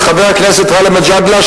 עם חבר הכנסת גאלב מג'אדלה,